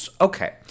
Okay